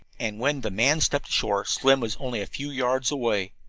and when the man stepped ashore slim was only a few yards away.